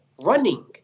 Running